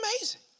amazing